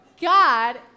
God